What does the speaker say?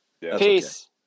peace